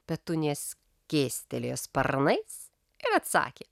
petunija skėstelėjo sparnais ir atsakė